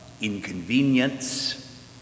inconvenience